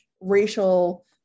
racial